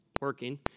working